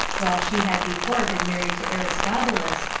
while she had before been married to aristobulus,